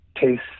taste